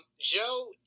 Joe